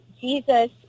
Jesus